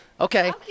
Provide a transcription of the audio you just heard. Okay